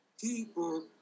people